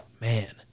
Man